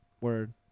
word